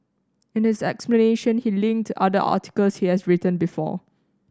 in this explanation he linked other articles he has written before